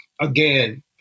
again